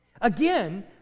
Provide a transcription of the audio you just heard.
Again